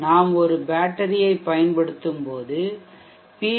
நாம் ஒரு பேட்டரியைப் பயன்படுத்தும்போது பி